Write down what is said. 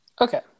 Okay